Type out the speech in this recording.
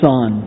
Son